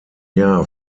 jahr